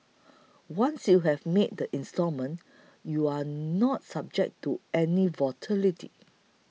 once you have made the installment you are not subject to any volatility